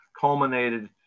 culminated